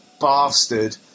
bastard